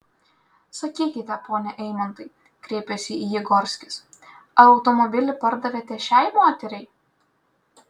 sakykite pone eimantai kreipėsi į jį gorskis ar automobilį pardavėte šiai moteriai